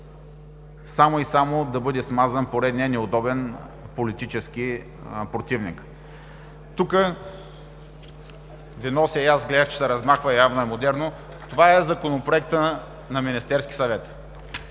само и само да бъде смазан поредният неудобен политически противник. Тук Ви нося и аз видях, че се размахва, явно е модерно – това е Законопроектът на Министерския съвет